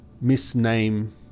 misname